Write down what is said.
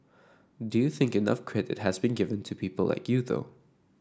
do you think enough credit has been given to people like you though